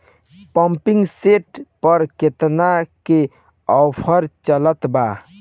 Pumping set पर केतना के ऑफर चलत बा?